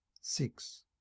six